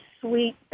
sweet